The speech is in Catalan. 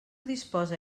disposa